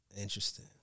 Interesting